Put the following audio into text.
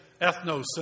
ethnocentrism